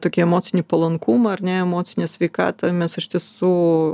tokį emocinį palankumą ar ne emocinę sveikatą mes iš tiesų